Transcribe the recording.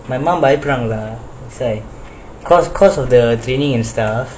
my mum பயபடராங்க:bayapadranga lah that's why cause cause of the training and stuff